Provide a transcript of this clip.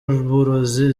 uburozi